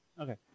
Okay